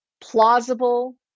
plausible